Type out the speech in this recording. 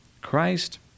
Christ